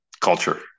culture